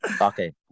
Okay